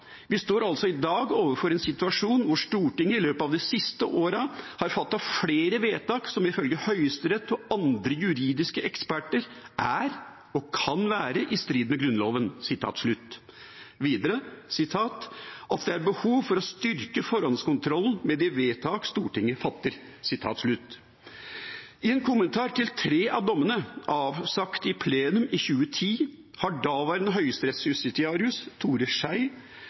står altså i dag overfor en situasjon hvor Stortinget i løpet av de siste årene har fattet flere vedtak som ifølge Høyesterett og andre juridiske eksperter er eller kan være i strid med Grunnloven.» Videre sier han at det er «behov for å styrke forhåndskontrollen med de vedtak Stortinget fatter». I en kommentar til tre av dommene, avsagt i plenum i 2010, har daværende høyesterettsjustitiarius Tore